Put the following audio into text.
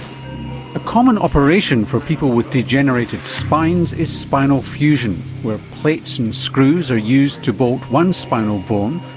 a common operation for people with degenerated spines is spinal fusion where plates and screws are used to bolt one spinal bone,